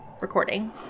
recording